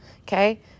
Okay